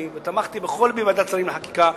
ותמכתי בכל לבי בוועדת שרים לחקיקה,